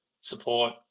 support